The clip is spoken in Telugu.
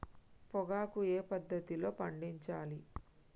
పొగాకు ఏ పద్ధతిలో పండించాలి?